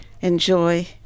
enjoy